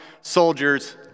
soldiers